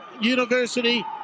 University